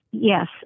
Yes